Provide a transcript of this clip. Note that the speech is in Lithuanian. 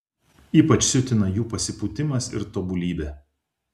ypač siutina jų pasipūtimas ir tobulybė